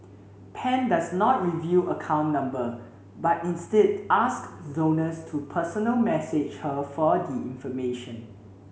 pan does not reveal account number but instead ask donors to personal message her for the information